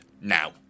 now